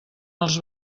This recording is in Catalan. els